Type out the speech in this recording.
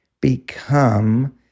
become